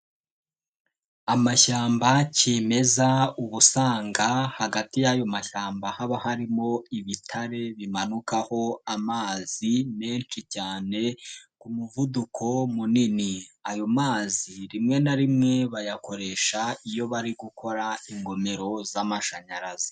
Amashyamba kimeza uba usanga hagati y'ayo mashyamba haba harimo ibitare bimanukaho amazi menshi cyane ku muvuduko munini, ayo mazi rimwe na rimwe bayakoresha iyo bari gukora ingomero z'amashanyarazi.